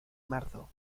marzo